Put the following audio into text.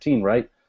right